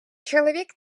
чоловік